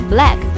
Black